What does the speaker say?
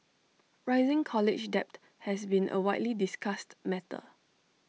rising college debt has been A widely discussed matter